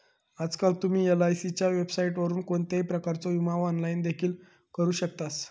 आजकाल तुम्ही एलआयसीच्या वेबसाइटवरून कोणत्याही प्रकारचो विमो ऑनलाइन देखील करू शकतास